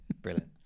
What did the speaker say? brilliant